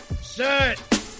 set